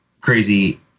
crazy